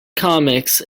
comics